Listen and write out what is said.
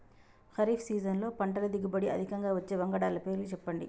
ఖరీఫ్ సీజన్లో పంటల దిగుబడి అధికంగా వచ్చే వంగడాల పేర్లు చెప్పండి?